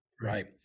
right